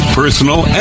personal